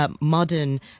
modern